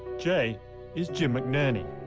j is jim mcnerney.